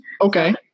Okay